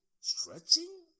stretching